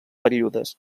períodes